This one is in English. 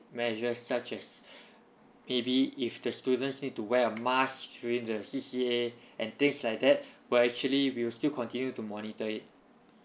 measures such as maybe if the students need to wear a mask during the C_C_A and things like that will actually we'll still continue to monitor it